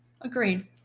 Agreed